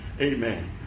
Amen